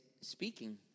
speaking